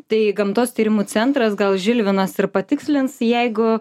tai gamtos tyrimų centras gal žilvinas ir patikslins jeigu